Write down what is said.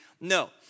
No